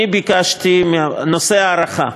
נושא ההארכה,